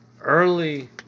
early